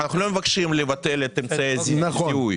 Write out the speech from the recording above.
מבקשים לבטל את אמצעי הזיהוי,